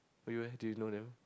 for you leh do you know them